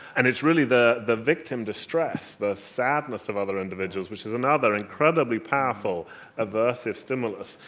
and it's really the the victim distress, the sadness of other individuals which is another incredibly powerful aversive stimulus,